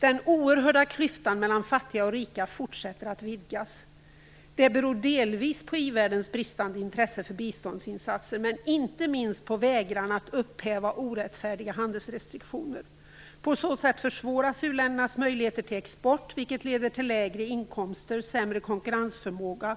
Den oerhörda klyftan mellan fattiga och rika fortsätter att vidgas. Det beror delvis på i-världens bristande intresse för biståndsinsatser. Inte minst beror det på vägran att upphäva orättfärdiga handelsrestriktioner. På så sätt försvåras u-ländernas möjligheter till export, vilket leder till lägre inkomster, sämre konkurrensförmåga